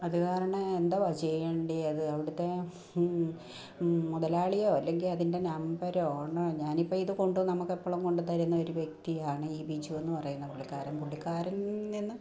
അതുകാരണം എന്തുവാ ചെയ്യേണ്ടിയത് അവിടുത്തെ മുതലാളിയോ അല്ലെങ്കിൽ അതിൻ്റെ നമ്പരോ ഒന്ന് ഞാനിപ്പോൾ ഇത് കൊണ്ടു നമുക്ക് എപ്പോഴും കൊണ്ടുതരുന്ന ഒരു വ്യക്തിയാണ് ഈ ബിജു എന്ന് പറയുന്ന പുള്ളികാരൻ പുള്ളികാരൻ നിന്ന്